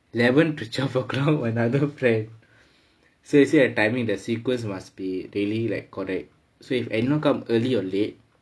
eleven to twelve o'clock another friend so you see the timing the sequence must be really like correct so if anycome come early or late